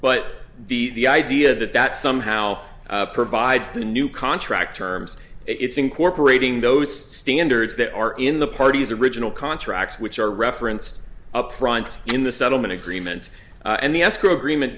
but the the idea that that somehow provides the new contract terms it's incorporating those standards that are in the party's original contracts which are referenced upfront in the settlement agreement and the escrow agreement